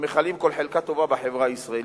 המכלות כל חלקה טובה בחברה הישראלית.